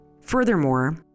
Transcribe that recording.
Furthermore